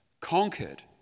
Conquered